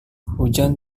hujan